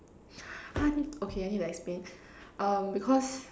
!huh! okay I need to explain um because